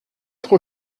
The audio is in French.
trop